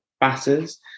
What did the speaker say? batters